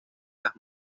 las